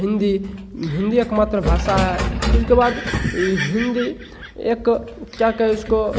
हिंदी हिंदी एकमात्र भाषा है इसके बाद ई हिंदी एक क्या कहें उसको